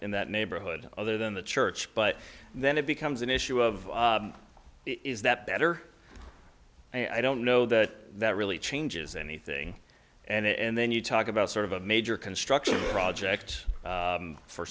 in that neighborhood other than the church but then it becomes an issue of is that better i don't know that that really changes anything and then you talk about sort of a major construction project